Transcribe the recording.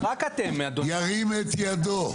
ירים את ידו.